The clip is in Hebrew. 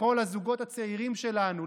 לכל הזוגות הצעירים שלנו,